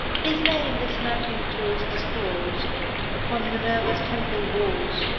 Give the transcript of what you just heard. his name the smirking tourist scrawls upon minerva's temple walls,